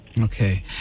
Okay